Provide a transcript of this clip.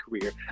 career